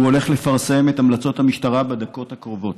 הוא הולך לפרסם את המלצות המשטרה בדקות הקרובות.